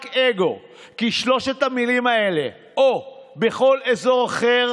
רק אגו, כי שלוש המילים האלה, "או בכל אזור אחר",